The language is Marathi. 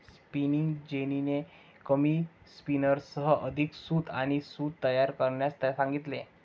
स्पिनिंग जेनीने कमी स्पिनर्ससह अधिक सूत आणि सूत तयार करण्यास सांगितले